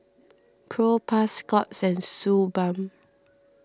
Propass Scott's and Suu Balm